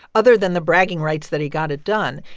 other than the bragging rights that he got it done,